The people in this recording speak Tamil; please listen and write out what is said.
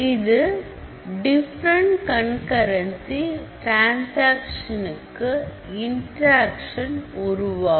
இது டிஃபரண்ட்கண்கரன்சி டிரன்சாக்சன்க்கு இன்டராக்சன் உருவாக்கும்